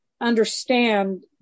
understand